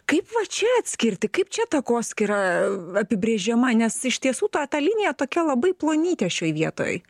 kaip va čia atskirti kaip čia takoskyra apibrėžiama nes iš tiesų ta ta linija tokia labai plonytė šioj vietoj